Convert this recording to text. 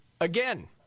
again